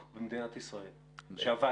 שכן.